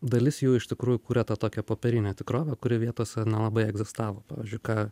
dalis jų iš tikrųjų kuria tą tokią popierinę tikrovę kuri vietose nelabai egzistavo pavyzdžiui ką